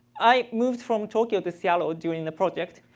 i moved from tokyo to seattle during the project.